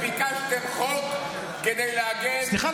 -- וביקשתם חוק כדי להגן על --- סליחה,